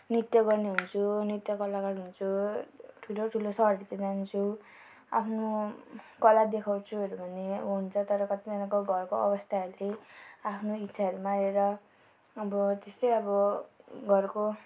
नृत्य गर्ने हुन्छु नृत्य कलाकार हुन्छु ठुलो ठुलो सहरतिर जान्छु आफ्नो कला देखाउँछुहरू भन्ने ऊ हुन्छ तर कतिजनाको घरको आवस्थाहरूले आफ्नो इच्छाहरू मारेर अब त्यस्तै अब घरको